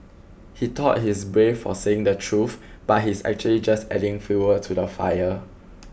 he thought he's brave for saying the truth but he's actually just adding fuel to the fire